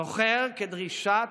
זוכר, כדרישת